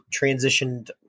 transitioned